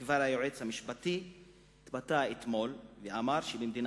כי היועץ המשפטי כבר התבטא אתמול ואמר שבמדינה